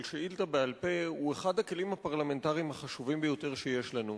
של שאילתא בעל-פה הוא אחד הכלים הפרלמנטריים החשובים ביותר שיש לנו.